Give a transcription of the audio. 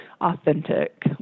authentic